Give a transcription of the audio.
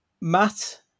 Matt